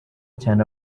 cyane